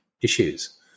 issues